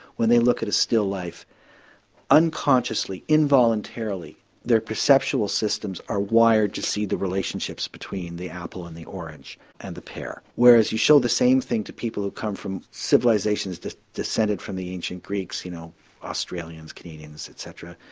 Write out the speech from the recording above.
when they look at a still-life unconsciously, involuntarily their perceptual systems are wired to see the relationships between the apple and the orange and the pear. whereas you show the same thing to people who come from civilisations descended from the ancient greeks, you know australians, canadians etc.